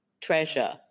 treasure